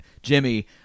Jimmy